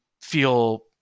feel